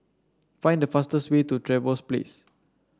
find the fastest way to Trevose Place